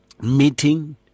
meeting